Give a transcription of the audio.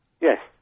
Yes